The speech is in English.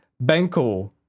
Banco